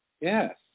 yes